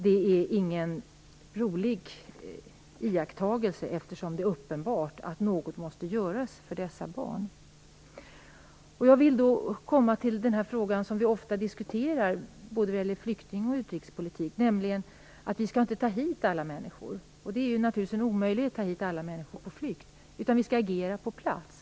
Det är ingen rolig iakttagelse, eftersom det är uppenbart att något måste göras för dessa barn. Jag vill då komma till den fråga som vi ofta diskuterar vad gäller både flykting och utrikespolitik, nämligen att vi inte skall ta hit alla människor. Det är naturligtvis en omöjlighet att ta hit alla människor på flykt; vi skall agera på plats.